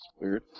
weird